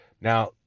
Now